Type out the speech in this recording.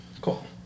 Cool